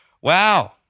Wow